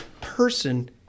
person